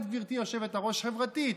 את, גברתי היושבת-ראש, חברתית.